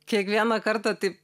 kiekvieną kartą taip